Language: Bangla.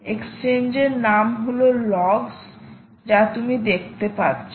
এক্সচেঞ্জ এর নাম হলো লগস যা তুমি দেখতে পাচ্ছো